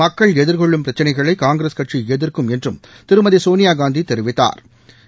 மக்கள் எதிர்கொள்ளும் பிரச்சினைகளைகாங்கிரஸ் கட்சிஎதிர்க்கும் என்றும் திருமதிசோனியாகாந்திதெரிவித்தாா்